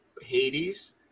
Hades